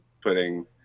putting